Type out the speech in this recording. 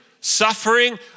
suffering